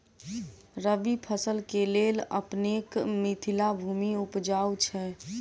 रबी फसल केँ लेल अपनेक मिथिला भूमि उपजाउ छै